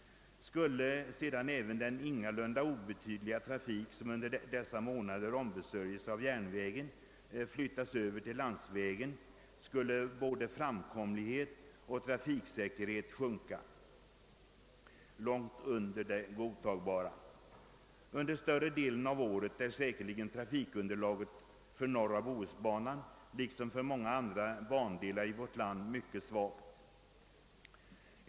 Om sedan också den inte obetydliga trafik, som under sommaren ombesörjes av järnvägen, flyttas över till landsvägen, blir resultatet att både framkomlighet och trafiksäkerhet sjunker långt under det godtagbara. Under större delen av året är säkerligen trafikunderlaget för norra bohus banan — liksom för många andra bandelar i vårt land — mycket svagt.